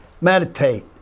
Meditate